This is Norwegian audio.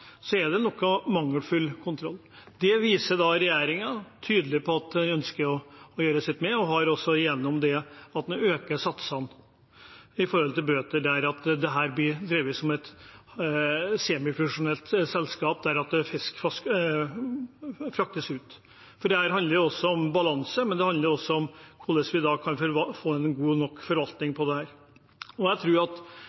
så er det sånn at noen plasser er det noe mangelfull kontroll. Det viser regjeringen tydelig at de ønsker å gjøre noe med, også gjennom at en øker bøtesatsene der dette blir drevet som et semifunksjonelt selskap der fisk fraktes ut. Det handler om balanse, men det handler også om hvordan vi kan få en god nok forvaltning.